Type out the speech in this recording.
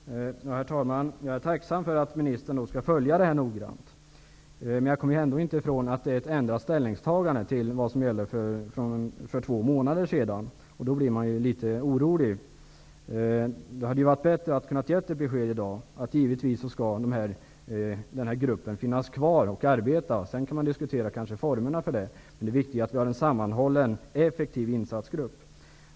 Herr talman! Jag är tacksam för att ministern skall följa utvecklingen noggrant. Men jag kommer ändå inte ifrån att det är ett ändrat ställningstagande i förhållande till vad som sades för två månader sedan, och då blir man ju litet orolig. Det hade varit bättre om justitieministern i dag hade kunnat ge beskedet att denna grupp givetvis skall finnas kvar och arbeta. Sedan kan man diskutera formerna för detta arbete. Men det viktiga är att vi har en sammanhållen och effektiv insatsgrupp.